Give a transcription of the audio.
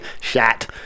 Shat